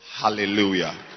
Hallelujah